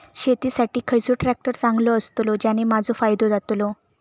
शेती साठी खयचो ट्रॅक्टर चांगलो अस्तलो ज्याने माजो फायदो जातलो?